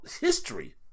history